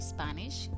Spanish